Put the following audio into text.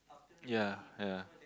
ya ya